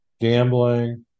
gambling